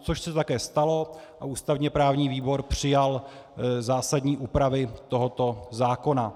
Což se také stalo a ústavněprávní výbor přijal zásadní úpravy tohoto zákona.